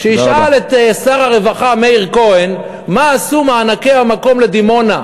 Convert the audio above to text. שישאל את שר הרווחה מאיר כהן מה עשו מענקי המקום לדימונה,